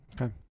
Okay